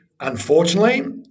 Unfortunately